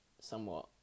somewhat